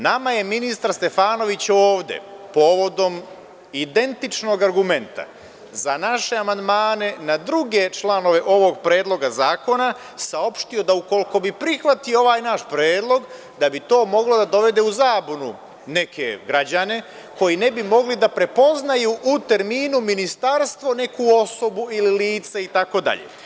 Nama je ministar Stefanović ovde povodom identičnog argumenta za naše amandmane na druge članove ovog predloga zakona saopštio da ukoliko bi prihvatio ovaj naš predlog da bi to moglo da dovede u zabunu neke građane koji ne bi mogli da prepoznaju u terminu ministarstvo neku osobu ili lice itd.